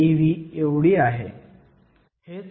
67 ev आहे